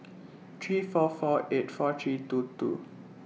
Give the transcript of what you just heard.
three four four eight four three two two